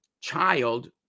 child